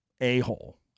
a-hole